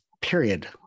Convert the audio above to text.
Period